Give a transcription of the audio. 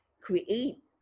create